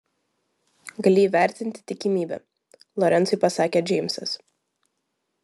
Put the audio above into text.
gali įvertinti tikimybę lorencui pasakė džeimsas